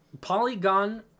Polygon